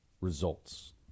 results